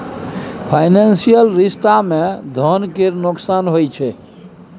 financial रिश्ता मे धन केर नोकसान होइ छै